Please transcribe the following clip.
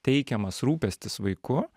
teikiamas rūpestis vaiku